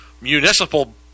municipal